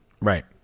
Right